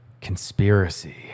Conspiracy